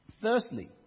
Firstly